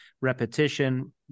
repetition